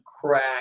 crack